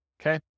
okay